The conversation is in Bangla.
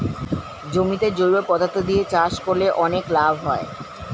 জমিতে জৈব পদার্থ দিয়ে চাষ করলে অনেক লাভ হয়